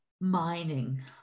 mining